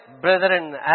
brethren